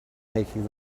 taking